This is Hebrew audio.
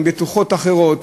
עם בטוחות אחרות,